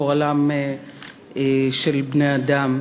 גורלם של בני-אדם.